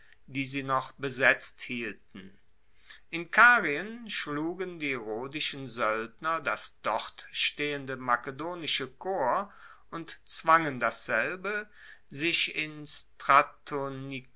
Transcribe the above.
die sie noch besetzt hielten in karien schlugen die rhodischen soeldner das dort stehende makedonische korps und zwangen dasselbe sich in